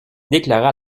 déclara